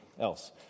else